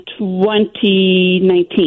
2019